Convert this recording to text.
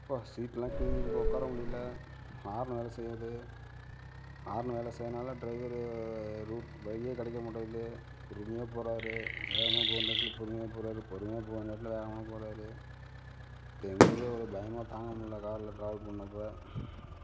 அப்பா சீட்டெல்லாம் கிழிஞ்சிருக்கு உட்கார முடியலை ஹார்ன் வேலை செய்யாது ஹார்ன் வேலை செய்யாதனால் டிரைவர் ரூட் வழியே கிடைக்கமாட்டேங்குது பொறுமையாக போறார் வேகமாக போக வேண்டிய இடத்துல பொறுமையாக போறார் பொறுமையாக போக வேண்டிய இடத்துல வேகமாக போறார் அது எங்களுக்கே ஒரு பயமாக தாங்க முடியலை காரில் ட்ராவல் பண்ணப்போ